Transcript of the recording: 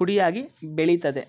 ಕುಡಿಯಾಗಿ ಬೆಳಿತದೆ